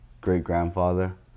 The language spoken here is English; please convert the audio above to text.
great-grandfather